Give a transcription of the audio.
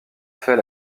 fait